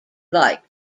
liked